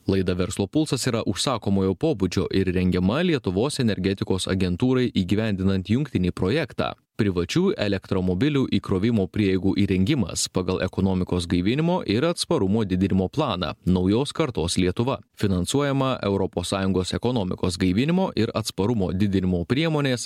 laida verslo pulsas yra užsakomojo pobūdžio ir rengiama lietuvos energetikos agentūrai įgyvendinant jungtinį projektą privačių elektromobilių įkrovimo prieigų įrengimas pagal ekonomikos gaivinimo ir atsparumo didinimo planą naujos kartos lietuva finansuojamą europos sąjungos ekonomikos gaivinimo ir atsparumo didinimo priemonės